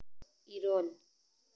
ᱤᱨᱟᱹᱞ